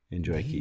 Enjoy